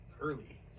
early